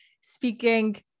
speaking